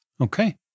Okay